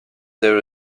there